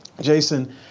Jason